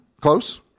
Close